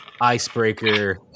icebreaker